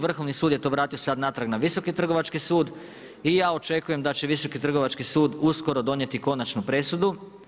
Vrhovni sud je to vratio sad natrag na Visoki trgovački sud i ja očekujem da će Visoki trgovački sud uskoro donijeti konačnu presudu.